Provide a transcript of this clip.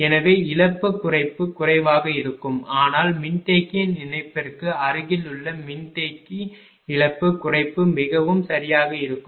எனவே இழப்பு குறைப்பு குறைவாக இருக்கும் ஆனால் மின்தேக்கியின் இணைப்பிற்கு அருகிலுள்ள மின்தேக்கி மின்தேக்கி இழப்பு குறைப்பு மிகவும் சரியாக இருக்கும்